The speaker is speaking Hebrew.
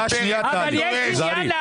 את בקריאה שנייה, טלי, תיזהרי.